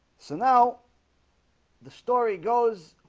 so now the story goes